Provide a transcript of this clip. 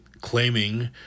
claiming